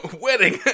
Wedding